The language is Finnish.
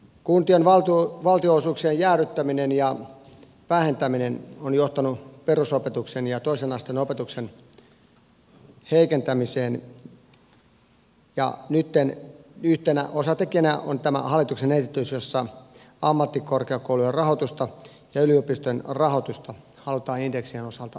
kuntien valtionosuuksien jäädyttäminen ja vähentäminen on johtanut perusopetuksen ja toisen asteen opetuksen heikentämiseen ja nytten yhtenä osatekijänä on tämä hallituksen esitys jossa ammattikorkeakoulujen rahoitusta ja yliopistojen rahoitusta halutaan indeksien osalta leikata